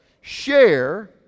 share